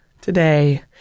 today